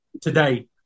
today